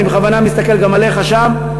ואני בכוונה מסתכל גם עליך שם,